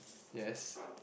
yes